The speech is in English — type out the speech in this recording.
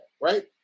right